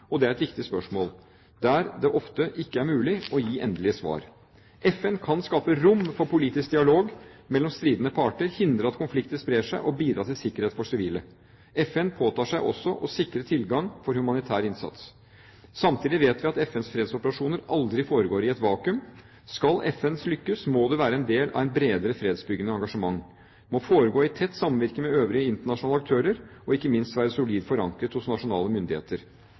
og det er et viktig spørsmål, der det ofte ikke er mulig å gi endelige svar. FN kan skape rom for politisk dialog mellom stridende parter, hindre at konflikter sprer seg og bidra til sikkerhet for sivile. FN påtar seg også å sikre tilgang for humanitær innsats. Samtidig vet vi at FNs fredsoperasjoner aldri foregår i et vakuum. Skal FNs innsats lykkes, må den være en del av et bredere fredsbyggende engasjement. Den må foregå i tett samvirke med øvrige internasjonale aktører, og ikke minst være solid forankret hos nasjonale myndigheter.